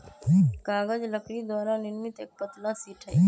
कागज लकड़ी द्वारा निर्मित एक पतला शीट हई